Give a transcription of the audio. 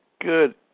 Good